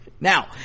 Now